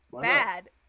Bad